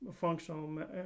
functional